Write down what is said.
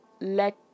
let